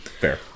Fair